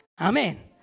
Amen